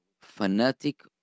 fanatic